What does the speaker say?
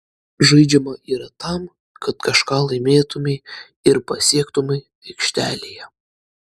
žaidžiama yra tam kad kažką laimėtumei ir pasiektumei aikštelėje